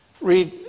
read